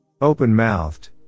Open-mouthed